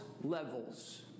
levels